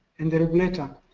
and the regulator,